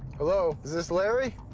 hello, is this larry?